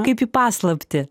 kaip į paslaptį